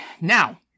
Now